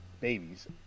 babies